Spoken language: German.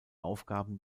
aufgaben